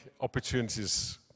opportunities